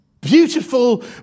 beautiful